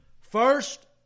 First